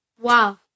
Wow